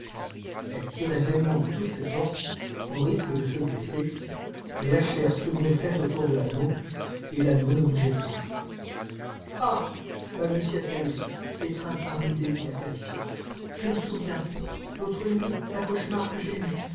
elle tirait vainement de toutes ses forces au risque de se blesser mais la chair se gonflait autour de l'anneau et l'anneau ne bougeait point ah balbutia-t-elle étreinte par une idée qui la terrifia je me souviens l'autre nuit un cauchemar que j'ai eu